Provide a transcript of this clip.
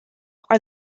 are